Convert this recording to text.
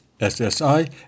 SSI